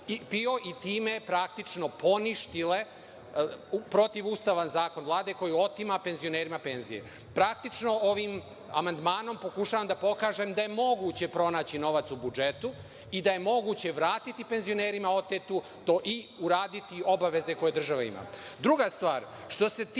i time praktično poništile protivustavan zakon Vlade koji otima penzionerima penzije. Praktično, ovim amandmanom pokušavam da pokažem da je moguće pronaći novac u budžetu i da je moguće vratiti penzionerima oteto i uraditi obaveze koje država